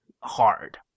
hard